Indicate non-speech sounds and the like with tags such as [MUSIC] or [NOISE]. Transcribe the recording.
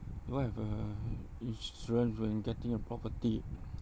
do I have a insurance when getting a property [NOISE]